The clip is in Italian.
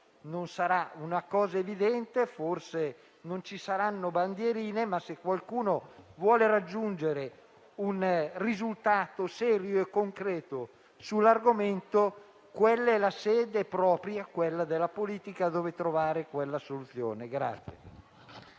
Non sarà una cosa evidente, forse non ci saranno bandierine. Ma, se qualcuno vuole raggiungere un risultato serio e concreto sull'argomento, quella è la sede propria della politica dove trovare una soluzione.